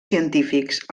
científics